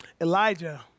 Elijah